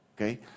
Okay